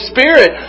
Spirit